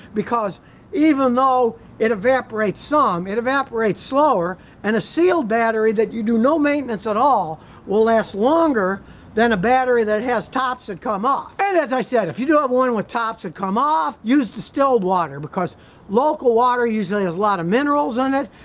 because even though it evaporates some, it evaporates slower and a sealed battery that you do no maintenance at all will last longer than a battery that has tops that come off, and as i said if you do have one with tops and come off use distilled water because local water usually has a lot of minerals in it,